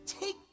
take